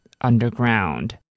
underground